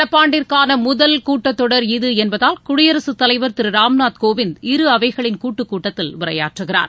நடப்பு ஆண்டிற்கானமுதல் கூட்டத்தொடர் இது என்பதால் குடியரகத் தலைவர் திருராம்நாத் கோவிந்த் இரு அவைகளின் கூட்டுக் கூட்டத்தில் உரையாற்றுகிறார்